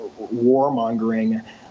warmongering